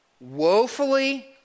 woefully